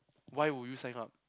why would you sign up